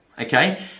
okay